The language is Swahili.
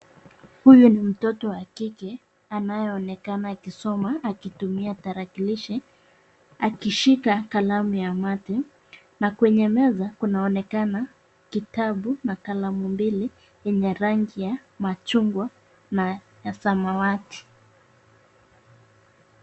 Huyu ni mtoto wa kike, anayeonekana akisoma akitumia tarakilishi akishika kalamu ya mate na kwenye meza kunaonekana kitabu na kalamu mbili zenye rangi ya machungwa na ya samawati.